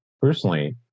personally